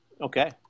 okay